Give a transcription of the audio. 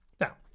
Now